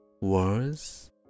words